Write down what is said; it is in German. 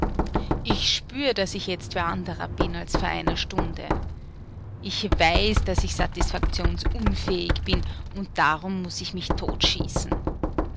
ich spür daß ich jetzt wer anderer bin als vor einer stunde ich weiß daß ich satisfaktionsunfähig hin und darum muß ich mich totschießen